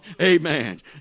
Amen